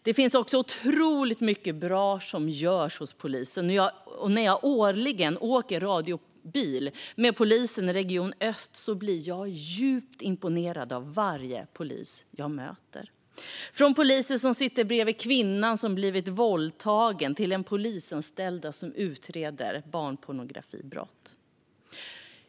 Det finns också otroligt mycket bra som görs hos polisen, och när jag årligen åker radiobil med polisen i Region Öst blir jag djupt imponerad av varje polis jag möter - från polisen som sitter bredvid kvinnan som blivit våldtagen till den polisanställda som utreder barnpornografibrott.